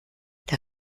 der